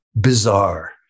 bizarre